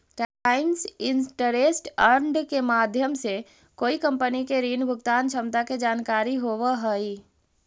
times interest earned के माध्यम से कोई कंपनी के ऋण भुगतान क्षमता के जानकारी होवऽ हई